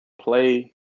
play